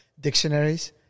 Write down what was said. dictionaries